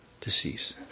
decease